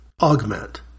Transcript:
augment